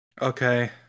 Okay